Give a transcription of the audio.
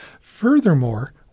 Furthermore